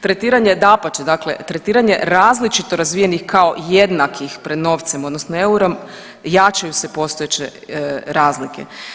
Tretiranje dapače dakle tretiranje različito razvijenih kao jednakih pred novcem odnosno eurom jačaju se postojeće razlike.